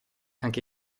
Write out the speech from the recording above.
anche